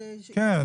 יש --- כן,